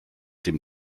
dem